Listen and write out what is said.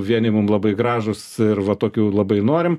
vieni mum labai gražūs ir va tokių labai norim